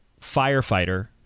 firefighter